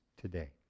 today